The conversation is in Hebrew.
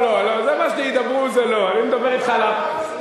אני מדבר אתך על המורכבות.